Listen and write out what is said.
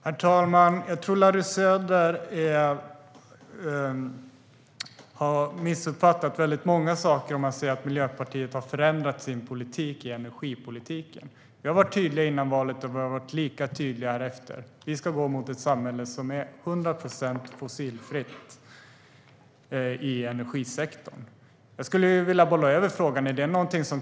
Herr talman! Jag tror att Larry Söder har missuppfattat väldigt många saker om han säger att Miljöpartiet har förändrat sin energipolitik. Vi var tydliga före valet, och vi har varit lika tydliga efter det: Vi ska gå mot ett samhälle som är 100 procent fossilfritt i energisektorn. Jag skulle vilja bolla över frågan.